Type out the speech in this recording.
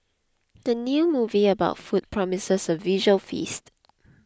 the new movie about food promises a visual feast